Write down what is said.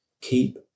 keep